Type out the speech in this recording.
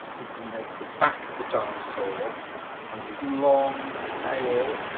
we're going to make the back of the dinosaur and his long tail,